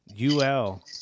UL